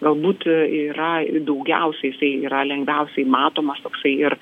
galbūt yra daugiausia jisai yra lengviausiai matomas toksai ir